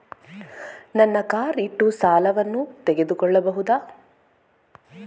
ನನ್ನ ಕಾರ್ ಇಟ್ಟು ಸಾಲವನ್ನು ತಗೋಳ್ಬಹುದಾ?